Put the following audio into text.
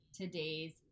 today's